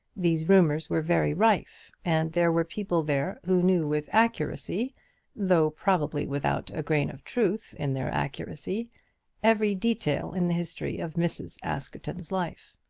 these rumours were very rife, and there were people there who knew with accuracy though, probably without a grain of truth in their accuracy every detail in the history of mrs. askerton's life.